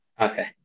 Okay